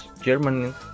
German